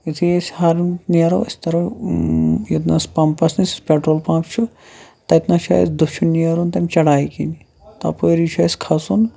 یُتھے أسۍ ہرم نیرو أسۍ تَرو ییٚتنَس پَمپَس نِش پیٚٹرول پَمپ چھُ تتنَس چھُ اسہِ دٔچھُن نیرُن چَراے کِنۍ تَپٲری چھُ اسہِ کھَسُن